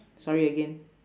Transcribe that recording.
sorry again